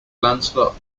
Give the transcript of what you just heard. lancelot